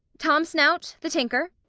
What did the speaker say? tom snout, the tinker.